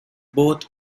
both